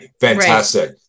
Fantastic